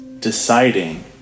deciding